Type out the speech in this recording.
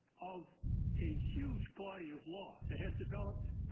of a huge body of law that has developed